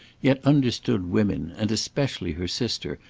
yet understood women, and especially her sister,